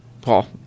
Paul